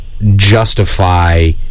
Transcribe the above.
justify